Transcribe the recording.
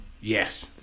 Yes